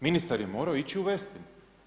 Ministar je morao ići u Westin.